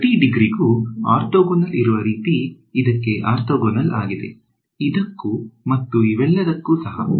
ಪ್ರತಿ ಡಿಗ್ರಿಗೂ ಆರ್ಥೋಗೋನಲ್ ಇರುವ ರೀತಿ ಇದಕ್ಕೆ ಆರ್ಥೋಗೋನಲ್ ಆಗಿದೆ ಇದಕ್ಕೂ ಮತ್ತು ಇವೆಲ್ಲದಕ್ಕೂ ಸಹ